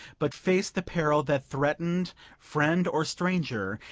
but face the peril that threatened friend or stranger,